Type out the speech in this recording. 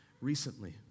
recently